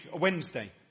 Wednesday